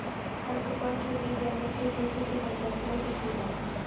खरपतवार के बीज जानवर के फर से चिपक जाते हैं और बिखर जाते हैं